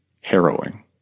Harrowing